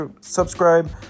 subscribe